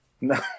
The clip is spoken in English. No